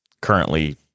currently